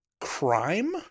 Crime